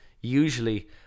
usually